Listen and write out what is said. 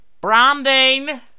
branding